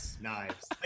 knives